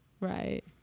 Right